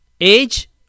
age